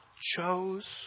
chose